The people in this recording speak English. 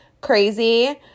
crazy